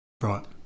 Right